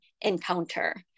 encounter